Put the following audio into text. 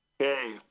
Okay